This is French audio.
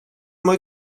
mois